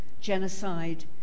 genocide